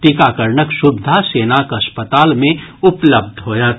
टीकाकरणक सुविधा सेनाक अस्पताल मे उपलब्ध होयत